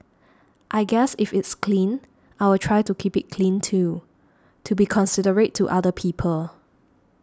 I guess if it's clean I will try to keep it clean too to be considerate to other people